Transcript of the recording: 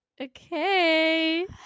Okay